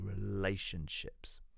relationships